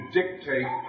dictate